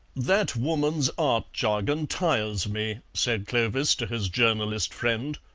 that woman's art-jargon tires me, said clovis to his journalist friend.